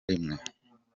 rimwe